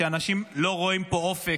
אנשים לא רואים פה אופק,